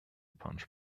punch